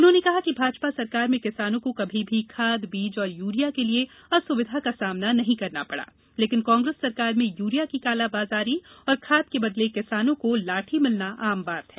उन्होंने कहा कि भाजपा सरकार में किसानों को कभी भी खाद बीज और यूरिया के लिए असुविधा का सामना नहीं करना पड़ा लेकिन कांग्रेस सरकार में यूरिया की कालाबाजारी और खाद के बदले किसानों को लाठी मिलना आम बात है